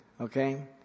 Okay